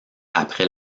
après